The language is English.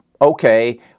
okay